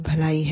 भलाई है